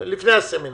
לפני הסמינרים.